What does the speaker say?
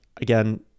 again